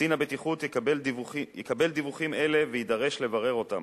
קצין הבטיחות יקבל דיווחים אלה ויידרש לברר אותם,